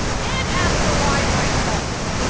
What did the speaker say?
and after a while i had solved it.